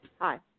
hi